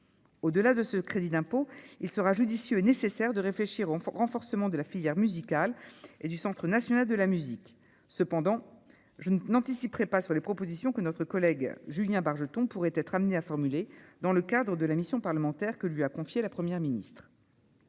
au delà de ce crédit d'impôt, il sera judicieux nécessaire de réfléchir au renforcement de la filière musicale et du Centre national de la musique, cependant je ne n'anticiperaient pas sur les propositions que notre collègue Julien Bargeton pourrait être amené à formuler dans le cadre de la mission parlementaire que lui a confié la première ministre.